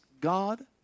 God